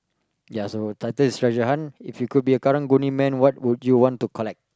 ya so title is treasure hunt if you could be a karang-guni man what would you want to collect